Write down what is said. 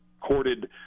courted